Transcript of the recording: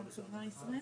הרוויזיה